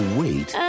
wait